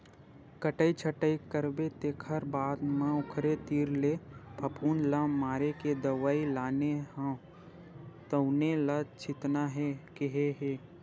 कटई छटई करबे तेखर बाद म ओखरे तीर ले फफुंद ल मारे के दवई लाने हव तउने ल छितना हे केहे हे